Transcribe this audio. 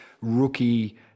rookie